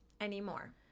anymore